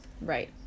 Right